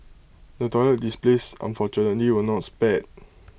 the toilet displays unfortunately were not spared